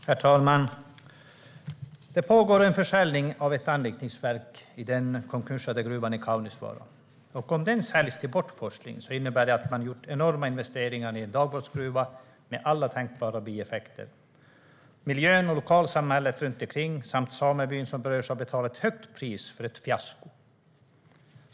Herr talman! Det pågår en försäljning av ett anrikningsverk i den konkursade gruvan i Kaunisvaara. Om verket säljs till bortforsling innebär det att det har gjorts enorma investeringar i en dagbrottsgruva med alla tänkbara bieffekter men att miljön och lokalsamhället runt om samt den sameby som berörs har betalat ett högt pris för ett fiasko.